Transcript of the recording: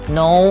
no